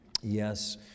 Yes